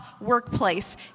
workplace